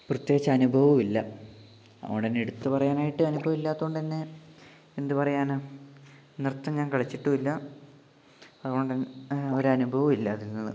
പ്രതേകിച്ച് അനുഭവവും ഇല്ല അതുകൊണ്ടുതന്നെ എടുത്ത് പറയാനായിട്ട് അനുഭവം ഇല്ലാത്തതുകൊണ്ടുതന്നെ എന്ത് പറയാനാണ് നൃത്തം ഞാൻ കളിച്ചിട്ടും ഇല്ല അതുകൊണ്ടുതന്നെ ഒരു അനുഭവവും ഇല്ല അതിൽ നിന്ന്